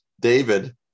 David